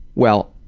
well,